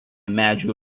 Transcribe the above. medžių